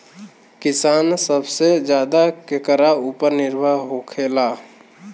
किसान सबसे ज्यादा केकरा ऊपर निर्भर होखेला?